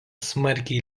smarkiai